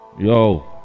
Yo